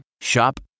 Shop